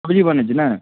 सब्जी बनै छै नहि